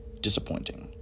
Disappointing